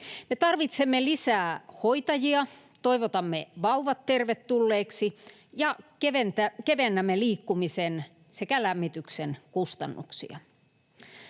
tarvitsemme lisää hoitajia, toivotamme vauvat tervetulleiksi sekä kevennämme liikkumisen ja lämmityksen kustannuksia.